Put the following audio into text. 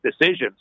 decisions